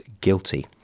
guilty